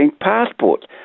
passports